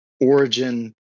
origin